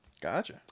Gotcha